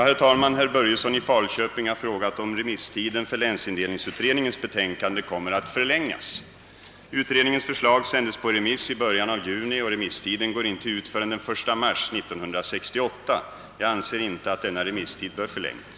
Herr talman! Herr Börjesson i Falköping har frågat om remisstiden för länsindelningsutredningens betänkande kommer att förlängas. Utredningens förslag sändes på remiss i början av juni och remisstiden går inte ut förrän den 1 mars 1968. Jag anser inte att denna remisstid bör förlängas.